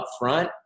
upfront